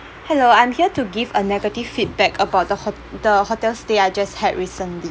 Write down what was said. hello I'm here to give a negative feedback about the ho~ the hotel stay I just had recently